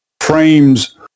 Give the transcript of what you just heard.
frames